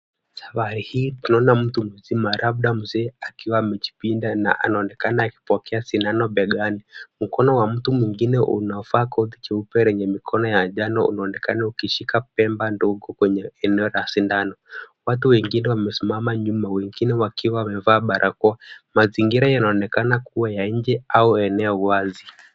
Safari hii tunaona mtu mzima labda mzee akiwa amejipinda na anaonekana akipokea sindano begani. Mkono wa mtu mwingine unaovaa koti jeupe lenye mikono ya njano unaonekana ukishika pemba ndogo kwenye eneo la sindano . Watu wengine wamesimama nyuma wengine wakiwa wamevaa barakoa. Mazingira yanaonekana kuwa ya nje au eneo wazi.